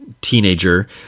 teenager